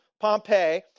Pompey